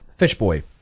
Fishboy